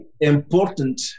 important